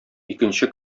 икенче